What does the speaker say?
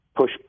push